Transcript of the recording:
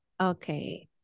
okay